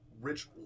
rich